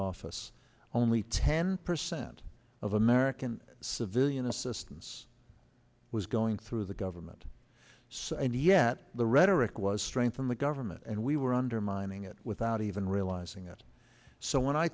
office only ten percent of american civilian assistance was going through the government so and yet the rhetoric was straying from the government and we were undermining it without even realizing it so when i